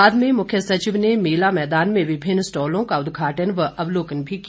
बाद में मुख्य सचिव ने मेला मैदान में विभिन्न स्टॉलों का उदघाटन व अवलोकन भी किया